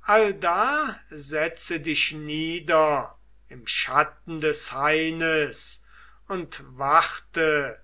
allda setze dich nieder im schatten des haines und warte